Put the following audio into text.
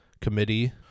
committee